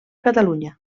catalunya